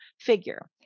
figure